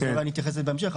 אולי אני אתייחס לזה בהמשך.